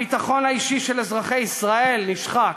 הביטחון האישי של אזרחי ישראל נשחק,